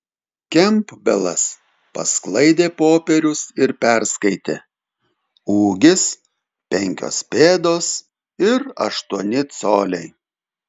kempbelas pasklaidė popierius ir perskaitė ūgis penkios pėdos ir aštuoni coliai